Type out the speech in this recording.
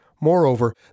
Moreover